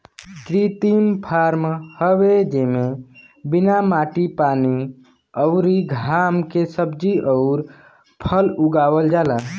कृत्रिम फॉर्म हवे जेमे बिना माटी पानी अउरी घाम के सब्जी अउर फल उगावल जाला